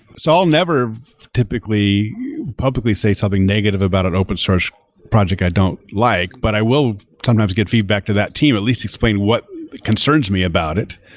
so i'll never typically publicly say something negative about an open source project i don't like, but i will sometimes give feedback to that team or at least explain what concerns me about it.